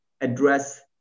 address